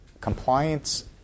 compliance